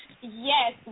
yes